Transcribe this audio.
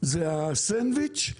זה הסנדוויץ',